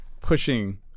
pushing